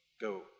go